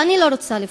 ואני לא רוצה לבחור,